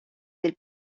del